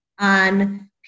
on